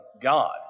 God